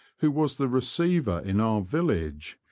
who was the receiver in our village,